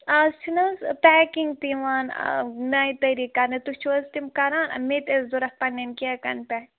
اَز چھِنہٕ حظ پیکِنٛگ تہِ یِوان نَیہِ طٔریٖقہٕ کَرنہٕ تُہۍ چھِو حظ تِم کَران مےٚ تہِ ٲسۍ ضروٗرت پَنٕنٮ۪ن کیکَن پٮ۪ٹھ